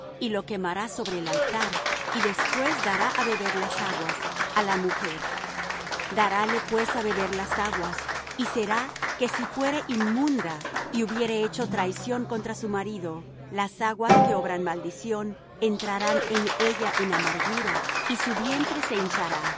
y lo quemará sobre el altar y después dará á beber las aguas á la mujer darále pues á beber las aguas y será que si fuere inmunda y hubiere hecho traición contra su marido las aguas que obran maldición entrarán en ella en amargura y su vientre se hinchará